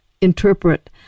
interpret